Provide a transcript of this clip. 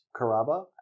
Karaba